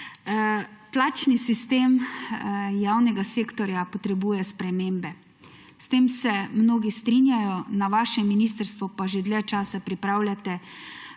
Plačni sistem javnega sektorja potrebuje spremembe. S tem se mnogi strinjajo, na vašem ministrstvu pa že dlje časa pripravljate